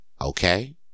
Okay